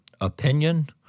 opinion